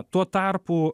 tuo tarpu